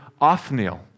Othniel